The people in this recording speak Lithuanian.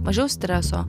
mažiau streso